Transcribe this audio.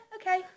okay